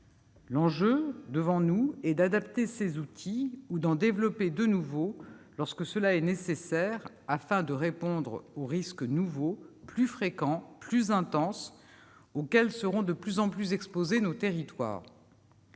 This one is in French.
L'enjeu, pour l'avenir, est d'adapter ces outils ou d'en développer de nouveaux lorsque cela est nécessaire, afin de répondre aux risques nouveaux, plus fréquents et plus intenses, auxquels seront de plus en plus exposés nos territoires.